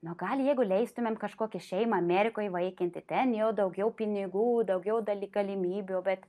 nuo gal jeigu leistumėm kažkokią šeimą amerikoj įvaikinti ten jau daugiau pinigų daugiau daly galimybių bet